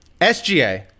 SGA